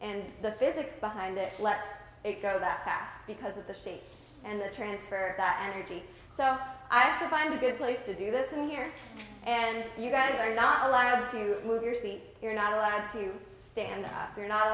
and the physics behind it let it go that fast because of the shape and the transfer that energy so i have to find a good place to do this in here and you guys are not allowed to move your seat you're not allowed to stand you're not